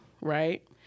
right